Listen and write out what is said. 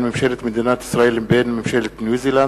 ממשלת מדינת ישראל לבין ממשלת ניו-זילנד,